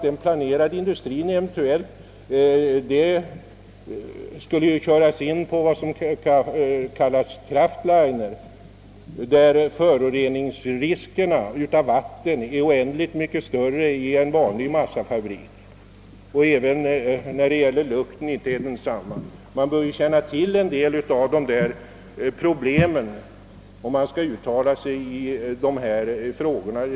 Den planerade industrien skulle eventuellt utnyttjas för att tillverka vad som kallas craftliner, där riskerna för förorening av vatten är mycket mindre än i en vanlig massafabirk, och där lukten är mera besvärande. Man bör känna till dessa och andra problem, om man skall uttala sig i frågan.